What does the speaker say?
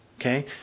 Okay